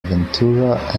ventura